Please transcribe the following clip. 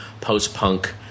post-punk